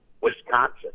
Wisconsin